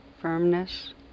firmness